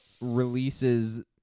releases